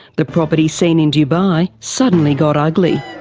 the property scene in dubai suddenly got ugly.